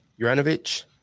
Juranovic